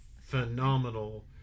phenomenal